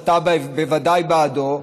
שאתה בוודאי בעדו,